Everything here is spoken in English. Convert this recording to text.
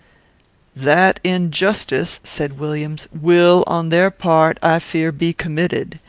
that injustice, said williams, will, on their part, i fear, be committed.